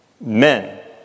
men